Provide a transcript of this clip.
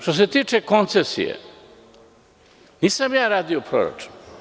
Što se tiče koncesije, nisam ja radio proračun.